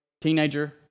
Teenager